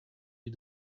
you